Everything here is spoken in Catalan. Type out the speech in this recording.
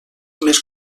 més